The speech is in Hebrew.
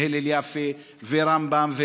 והלל יפה ורמב"ם.